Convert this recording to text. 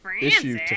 issue